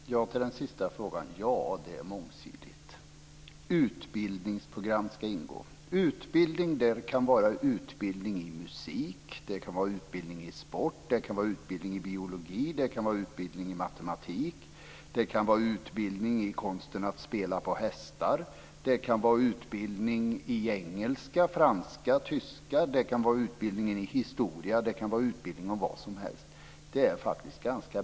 Fru talman! På den sista frågan svarar jag: Ja, det är mångsidigt. Utbildningsprogram skall ingå. Utbildning kan vara utbildning i musik, sport, biologi och matematik. Det kan vara utbildning i konsten att spela på hästar. Det kan vara utbildning i engelska, franska och tyska. Det kan vara utbildning i historia och vad som helst. Det är ganska brett.